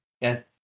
Yes